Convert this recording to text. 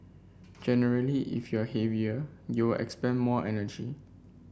generally if you're heavier you'll expend more energy